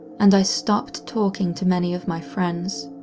and i stopped talking to many of my friends.